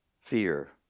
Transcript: Fear